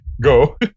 Go